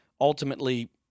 Ultimately